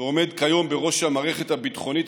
ועומד כיום בראש המערכת הביטחונית,